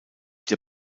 der